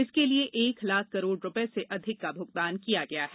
इसके लिए एक लाख करोड़ रुपए से अधिक का भूगतान किया गया है